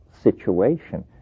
situation